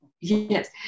yes